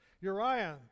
Uriah